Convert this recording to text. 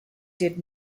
did